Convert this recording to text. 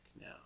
now